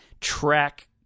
track